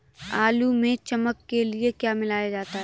आलू में चमक के लिए क्या मिलाया जाता है?